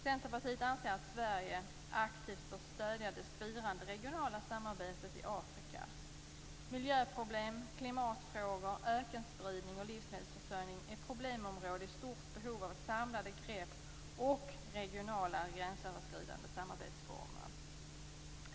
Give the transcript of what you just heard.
Centerpartiet anser att Sverige aktivt bör stödja det spirande regionala samarbetet i Afrika. Miljöproblem, klimatfrågor, ökenspridning och livsmedelsförsörjning är problemområden i stort behov av samlade grepp och regionala gränsöverskridande samarbetsformer.